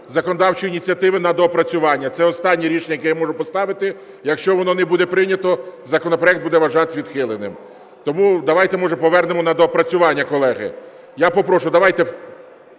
законодавчої ініціативи на доопрацювання. Це останнє рішення, яке я можу поставити. Якщо воно не буде прийнято, законопроект буде вважатися відхиленим. Тому давайте може повернемо на доопрацювання, колеги. Я попрошу, давайте,